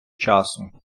часу